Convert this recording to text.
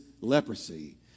leprosy